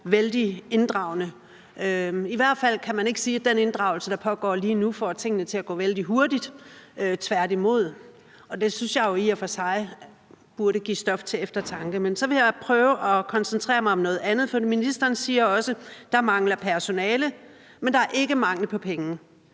I hvert fald kan man ikke sige, at den inddragelse, der pågår lige nu, får tingene til at gå vældig hurtigt. Tværtimod. Det synes jeg i og for sig burde give stof til eftertanke. Men så vil jeg prøve at koncentrere mig noget om noget andet. Ministeren siger også, at der mangler personale, men at der ikke er mangel på penge.